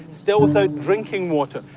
still without drinking water.